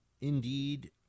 indeed